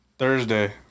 Thursday